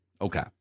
okay